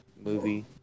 movie